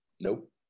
Nope